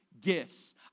gifts